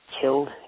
killed